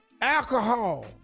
alcohol